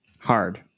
hard